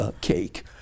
cake